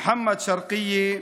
מוחמד שרקייה,